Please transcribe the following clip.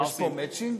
יש פה מצ'ינג?